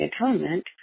Atonement